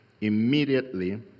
Immediately